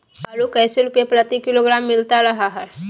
आलू कैसे रुपए प्रति किलोग्राम मिलता रहा है?